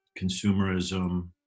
consumerism